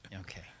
Okay